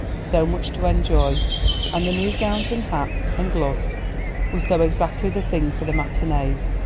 so much to enjoy and the new gowns and hats and gloves were so exactly the thing for the matinees,